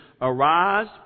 Arise